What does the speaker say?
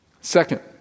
Second